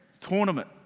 tournament